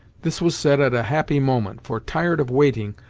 this was said at a happy moment, for, tired of waiting,